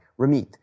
Ramit